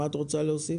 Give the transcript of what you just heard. מה את רוצה להוסיף?